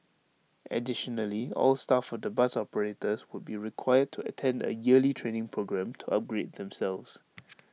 additionally all staff of the bus operators would be required to attend A yearly training programme to upgrade themselves